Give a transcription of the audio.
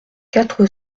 quatre